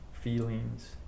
feelings